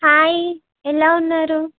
hi ఎలా ఉన్నారు